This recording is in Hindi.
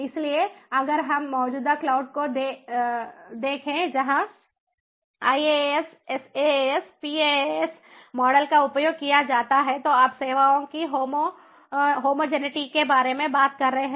इसलिए अगर हम मौजूदा क्लाउड को देखें जहां IaaS SaaS PaaS मॉडल का उपयोग किया जाता है तो आप सेवाओं की होमोजेनििटी के बारे में बात कर रहे हैं